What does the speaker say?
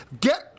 Get